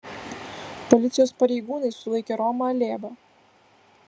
policijos pareigūnai sulaikė romą alėbą